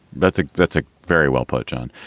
that's a that's a very well put. john,